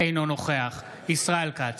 אינו נוכח ישראל כץ,